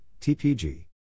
TPG